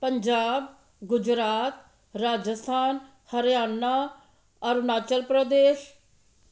Punjab Gujarat Rajasthan Haryana Arunachal Pradesh